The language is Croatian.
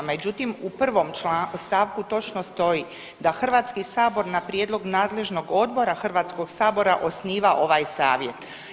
Međutim, u 1. stavku točno stoji da Hrvatski sabor na prijedlog nadležnog odbora Hrvatskog sabora osniva ovaj savjet.